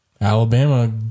Alabama